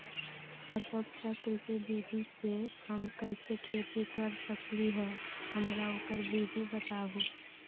फसल चक्र के विधि से हम कैसे खेती कर सकलि ह हमरा ओकर विधि बताउ?